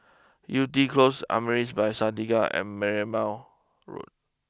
Yew Tee close Amaris by Santika and Merlimau Road